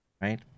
right